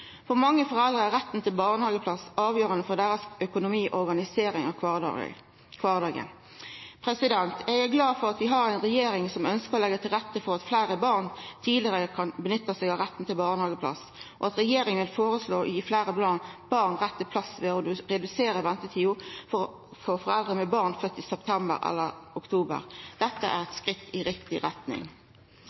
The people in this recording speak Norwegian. For mange foreldre er retten til barnehageplass avgjerande for deira økonomi og organisering av kvardagen. Eg er glad for at vi har ei regjering som ønskjer å leggja til rette for at fleire barn tidlegare kan nytta seg av retten til barnehageplass, og at regjeringa føreslår å gi fleire barn rett til plass ved å redusera ventetida for foreldre med barn fødde i september eller oktober. Dette er eit skritt i riktig retning.